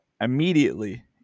immediately